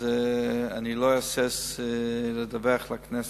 אני לא אהסס לדווח לכנסת.